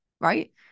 right